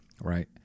Right